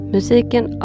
Musiken